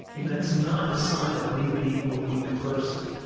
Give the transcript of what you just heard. and that's not a sign of me being a weak person.